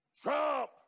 Trump